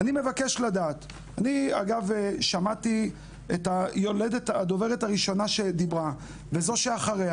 שמעתי את הדוברת הראשונה, כשאת,